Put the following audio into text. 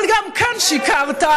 אבל גם כאן שיקרת,